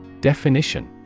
Definition